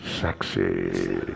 sexy